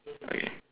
okay